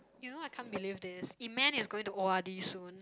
you know I can't believe this Eman is going to o_r_d soon